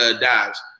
dives